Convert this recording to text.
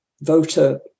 voter